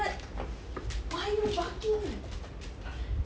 why are you barking